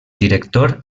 director